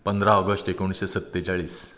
पंदरा ऑगस्ट एकुणशें सत्तेचाळीस